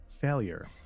failure